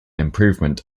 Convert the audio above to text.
improvement